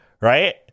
right